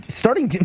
starting